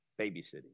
babysitting